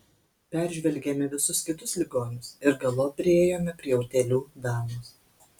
peržvelgėme visus kitus ligonius ir galop priėjome prie utėlių damos